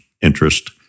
interest